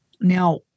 Now